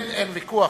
אין ויכוח,